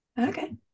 Okay